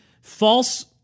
false